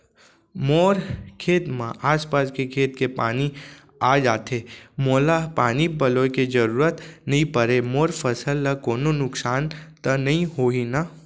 मोर खेत म आसपास के खेत के पानी आप जाथे, मोला पानी पलोय के जरूरत नई परे, मोर फसल ल कोनो नुकसान त नई होही न?